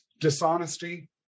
dishonesty